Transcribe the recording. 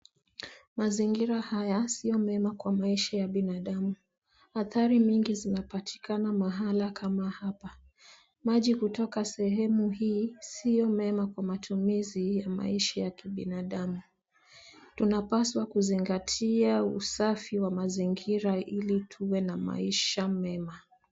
Mazingira haya sio mema kwa maisha ya binadamu. Hatari mingi zinapatikana mahala kama hapa. Maji hutoka sehemu hii si mema kwa matumizi ya maisha ya kibinadamu. Tunapaswa kuzingatia usafi wa mazingira ili tuwe na maisha mema.